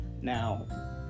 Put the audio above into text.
Now